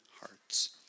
hearts